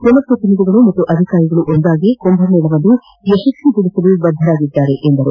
ಜನಪ್ರತಿನಿಧಿಗಳು ಮತ್ತು ಅಧಿಕಾರಿಗಳು ಒಂದಾಗಿ ಕುಂಭಮೇಳವನ್ನು ಯಶ್ವಿಗೊಳಿಸಲು ಬದ್ದರಾಗಿದ್ದಾರೆ ಎಂದರು